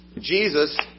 Jesus